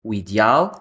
ideal